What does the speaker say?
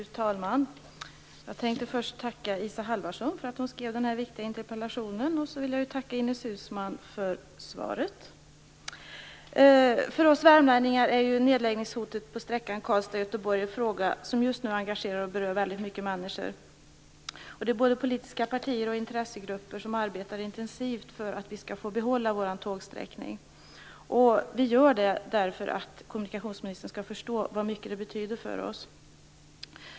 Fru talman! Jag tänker först tacka Isa Halvarsson för att hon skrev denna viktiga interpellation. Sedan vill jag tacka Ines Uusmann för svaret. För oss värmlänningar är nedläggningshotet för sträckan Karlstad-Göteborg en fråga som just nu engagerar och berör väldigt många människor. Både politiska partier och intressegrupper arbetar intensivt för att vi skall få behålla vår tågsträckning. Det gör vi för att kommunikationsministern skall förstå hur mycket det betyder för oss.